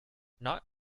not